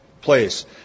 place